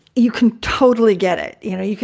you can totally get it. you know, you can.